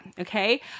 okay